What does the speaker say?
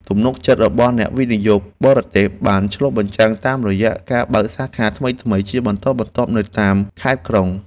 ទំនុកចិត្តរបស់អ្នកវិនិយោគបរទេសត្រូវបានឆ្លុះបញ្ចាំងតាមរយៈការបើកសាខាថ្មីៗជាបន្តបន្ទាប់នៅតាមខេត្តក្រុង។